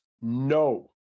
no